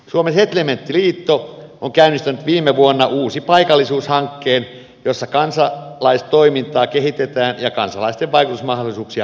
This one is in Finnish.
suomen setlementtiliitto on käynnistänyt viime vuonna uusi paikallisuus hankkeen jossa kansalaistoimintaa kehitetään ja kansalaisten vaikutusmahdollisuuksia vahvistetaan